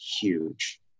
huge